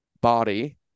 body